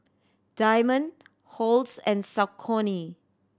Diamond Halls and Saucony